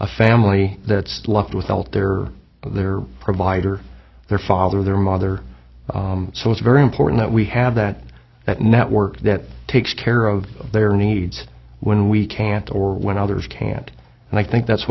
family that's left with alter their provider their father their mother so it's very important that we have that that network that takes care of their needs when we can't or when others can't and i think that's